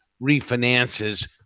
refinances